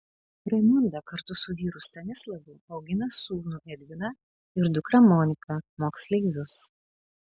raimonda kartu su vyru stanislavu augina sūnų edviną ir dukrą moniką moksleivius